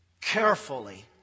carefully